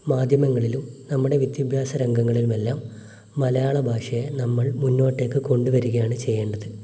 മാധ്യമങ്ങളിലും നമ്മുടെ വിദ്യഭ്യാസ രംഗങ്ങളിലുമെല്ലാം മലയാള ഭാഷയെ നമ്മൾ മുന്നോട്ടേക്ക് കൊണ്ടു വരുകയാണ് ചെയ്യേണ്ടത്